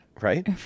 right